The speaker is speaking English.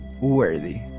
worthy